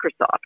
Microsoft